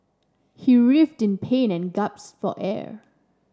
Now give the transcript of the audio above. he writhed in pain and gasped for air